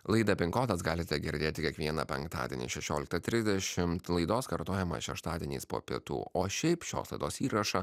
laidą pin kodas galite girdėti kiekvieną penktadienį šešioliktą trisdešimt laidos kartojimą šeštadieniais po pietų o šiaip šios laidos įrašą